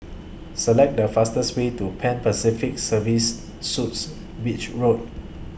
Select The fastest Way to Pan Pacific Serviced Suites Beach Road